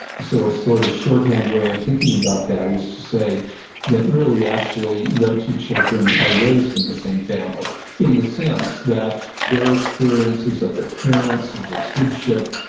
so a sort of shorthand way of thinking about that is to say that really, actually, no two children are raised in the same family in the sense that their experiences of their parents, of their sibship,